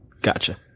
Gotcha